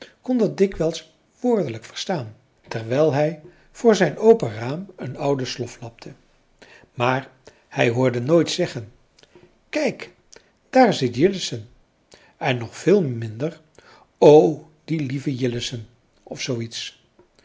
kon dat dikwijls woordelijk verstaan terwijl hij voor zijn open raam een oude slof lapte maar hij hoorde nooit zeggen kijk daar zit jillessen en nog veel minder o die lieve jillessen of